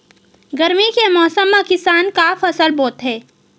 गरमी के मौसम मा किसान का फसल बोथे?